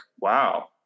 wow